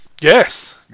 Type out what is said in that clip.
Yes